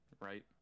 right